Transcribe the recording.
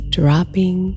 dropping